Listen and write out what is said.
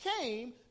came